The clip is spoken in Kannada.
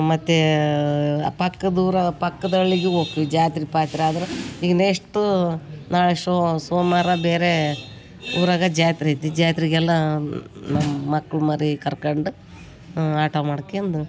ಮತ್ತು ಪಕ್ಕದ ಊರು ಪಕ್ಕದ ಹಳ್ಳಿಗ್ ಹೋಗ್ತೀವ್ ಜಾತ್ರೆ ಪಾತ್ರಿ ಆದರೆ ಈಗ ನೆಷ್ಟು ನಾಳೆ ಶೋ ಸೋಮವಾರ ಬೇರೆ ಊರಾಗ ಜಾತ್ರೆ ಐತಿ ಜಾತ್ರಿಗೆಲ್ಲಾ ನಮ್ಮ ಮಕ್ಳು ಮರಿ ಕರ್ಕೊಂಡು ಆಟೋ ಮಾಡ್ಕೊಂಡು